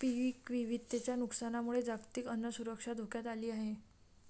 पीक विविधतेच्या नुकसानामुळे जागतिक अन्न सुरक्षा धोक्यात आली आहे